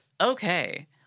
okay